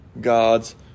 God's